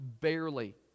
barely